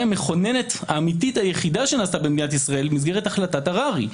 המכוננת האמיתית היחידה שנעשתה במדינת ישראל במסגרת החלטת הררי.